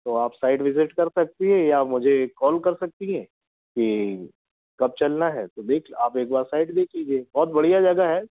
तो आप site visit कर सकती है या मुझे कॉल कर सकती हैं कि कब चलना है तो देख लो आप एक बार साइट देख लीजिए बहुत बढ़िया जगह है